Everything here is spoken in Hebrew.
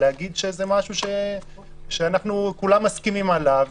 להגיד שזה משהו שכולם מסכימים עליו.